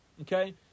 okay